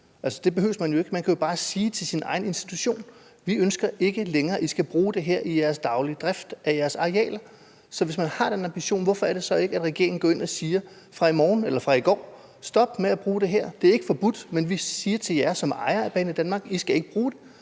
Det behøver man jo ikke. Man kan jo bare sige til sin egen institution: Vi ønsker ikke længere, at I skal bruge det her i jeres daglige drift af jeres arealer. Så hvis man har den ambition, hvorfor er det så, at regeringen ikke i går eller fra i morgen går ind og siger: Stop med at bruge det her? Det er ikke forbudt, men som ejere af Banedanmark siger vi